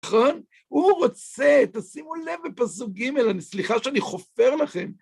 נכון? הוא רוצה, תשימו לב בפסוק ג, סליחה שאני חופר לכם.